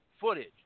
footage